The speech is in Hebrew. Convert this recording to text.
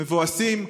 מבואסים.